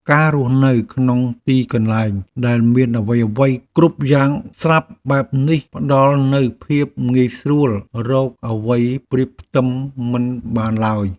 ការរស់នៅក្នុងទីកន្លែងដែលមានអ្វីៗគ្រប់យ៉ាងស្រាប់បែបនេះផ្តល់នូវភាពងាយស្រួលរកអ្វីប្រៀបផ្ទឹមមិនបានឡើយ។